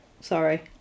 sorry